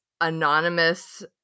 anonymous